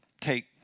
take